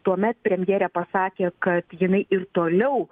tuomet premjerė pasakė kad jinai ir toliau